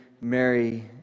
Mary